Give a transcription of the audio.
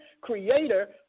creator